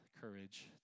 courage